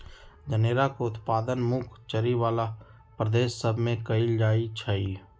जनेरा के उत्पादन मुख्य चरी बला प्रदेश सभ में कएल जाइ छइ